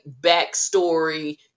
backstory